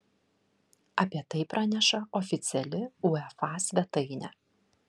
apie tai praneša oficiali uefa svetainė